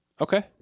Okay